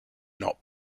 not